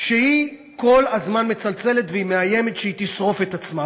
שהיא כל הזמן מצלצלת והיא מאיימת שהיא תשרוף את עצמה,